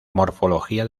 morfología